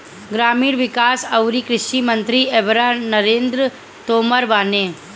ग्रामीण विकास अउरी कृषि मंत्री एबेरा नरेंद्र तोमर बाने